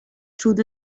through